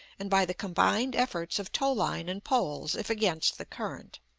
and by the combined efforts of tow-line and poles if against the current.